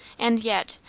and yet,